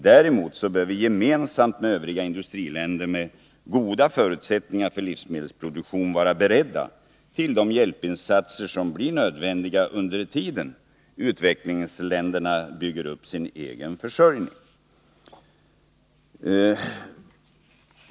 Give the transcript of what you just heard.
Däremot bör vi gemensamt med övriga industriländer med goda förutsättningar för livsmedelsproduktion vara beredda till de hjälpinsatser som blir nödvändiga under tiden utvecklingsländerna bygger upp sin egen försörjning.